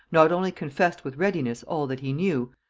not only confessed with readiness all that he knew,